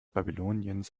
babyloniens